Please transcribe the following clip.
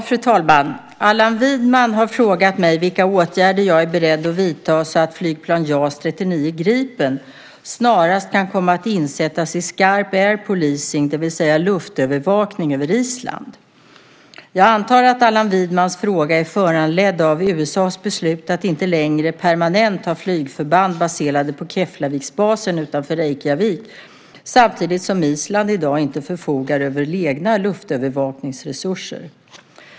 Fru talman! Allan Widman har frågat mig vilka åtgärder jag är beredd att vidta så att flygplan JAS 39 Gripen snarast kan komma att insättas i skarp Air Policing, det vill säga luftövervakning, över Island. Jag antar att Allan Widmans fråga är föranledd av USA:s beslut att inte längre permanent ha flygförband baserade på Keflaviksbasen utanför Reykjavik, samtidigt som Island i dag inte förfogar över egna luftövervakningsresurser.